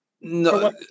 No